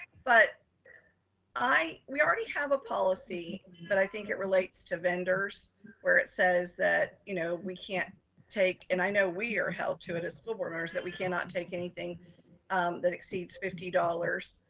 but we already have a policy, but i think it relates to vendors where it says that, you know we can't take, and i know we are held to it as school burners that we cannot take anything that exceeds fifty dollars.